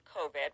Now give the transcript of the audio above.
COVID